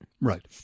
right